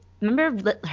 remember